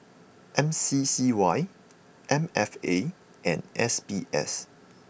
M C C Y M F A and S B S